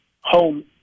home